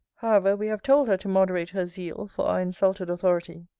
however, we have told her to moderate her zeal for our insulted authority.